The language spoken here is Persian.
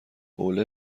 حوله